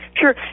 sure